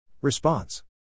Response